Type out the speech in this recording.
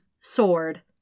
sword